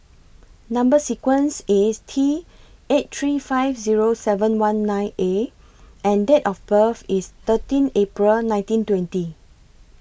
Number sequence IS T eight three five Zero seven one nine A and Date of birth IS thirteen April nineteen twenty